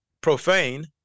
profane